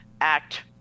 Act